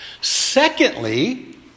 Secondly